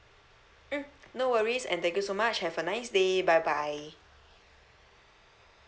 mm no worries and thank you so much have a nice day bye bye